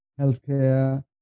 healthcare